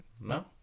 No